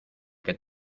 que